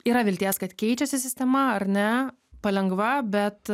yra vilties kad keičiasi sistema ar ne palengva bet